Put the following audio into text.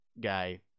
guy